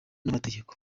n’amategeko